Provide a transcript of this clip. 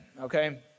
okay